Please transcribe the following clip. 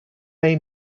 may